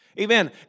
Amen